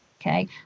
Okay